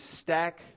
stack